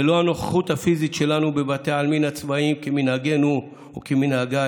ללא הנוכחות הפיזית שלנו בבתי העלמין הצבאיים כמנהגנו וכמנהגיי